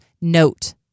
note